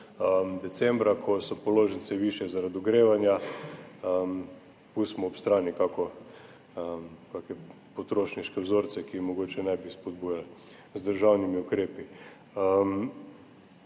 decembra, ko so položnice višje zaradi ogrevanja, pustimo ob strani kakšne potrošniške vzorce, ki jih mogoče ne bi spodbujali z državnimi ukrepi.